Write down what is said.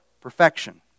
perfection